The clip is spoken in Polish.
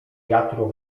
wiatru